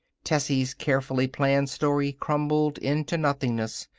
tessie's carefully planned story crumbled into nothingness.